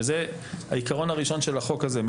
וזה העיקרון הראשון של החוק הזה,